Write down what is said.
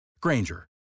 Granger